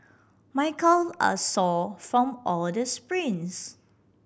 my calve are sore from all the sprints